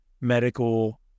medical